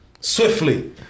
swiftly